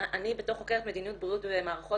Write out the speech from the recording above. אני בתור חוקרת מדיניות בריאות ומערכות